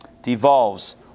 devolves